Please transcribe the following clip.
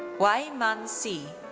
wai man si.